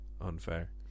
unfair